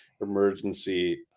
emergency